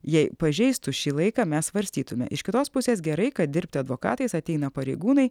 jei pažeistų šį laiką mes svarstytume iš kitos pusės gerai kad dirbti advokatais ateina pareigūnai